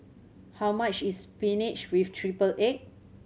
how much is spinach with triple egg